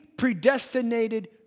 predestinated